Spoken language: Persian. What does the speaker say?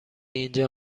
اینجا